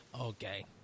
Okay